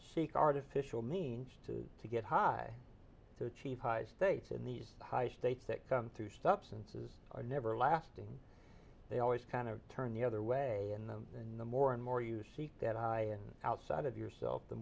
seek artificial means to to get high to achieve high states in these high states that come through substances are never lasting they always kind of turn the other way and then the more and more you seek that high and outside of yourself the